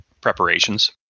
preparations